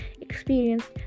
experienced